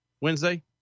Wednesday